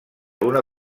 una